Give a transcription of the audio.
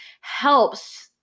helps